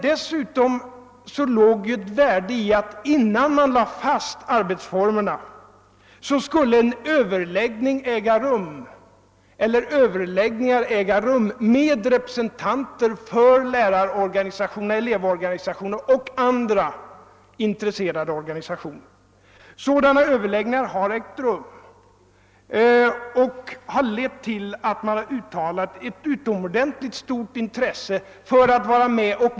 Dessutom låg det ett utomordentligt värde i att man hade möjlighet att innan arbetsformerna fastlades kunna överlägga med representanter för läraroch elevorganisationerna och med andra intresserade sammanslutningar. Sådana överläggningar har ägt rum och har lett till att ett utomordentligt stort intresse för deltagande i detta sammanhang uttalats.